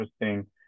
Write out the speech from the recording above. interesting